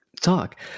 talk